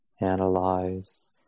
analyze